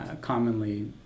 commonly